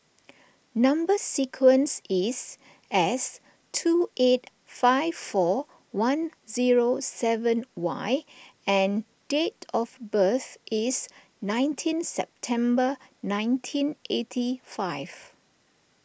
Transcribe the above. Number Sequence is S two eight five four one zero seven Y and date of birth is nineteen September nineteen eighty five